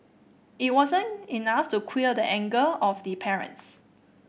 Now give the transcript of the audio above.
it wasn't enough to quell the anger of the parents